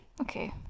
Okay